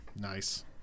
Nice